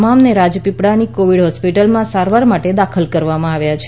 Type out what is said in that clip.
તમામને રાજપીપળાની કોવિડ હોસ્પિટલમાં સારવાર માટે દાખલ કરવામાં આવ્યા છે